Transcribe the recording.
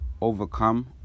overcome